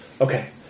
Okay